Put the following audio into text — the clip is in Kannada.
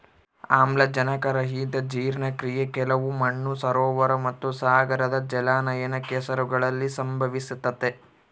ಆಮ್ಲಜನಕರಹಿತ ಜೀರ್ಣಕ್ರಿಯೆ ಕೆಲವು ಮಣ್ಣು ಸರೋವರ ಮತ್ತುಸಾಗರದ ಜಲಾನಯನ ಕೆಸರುಗಳಲ್ಲಿ ಸಂಭವಿಸ್ತತೆ